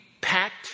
packed